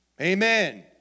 Amen